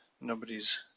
nobody's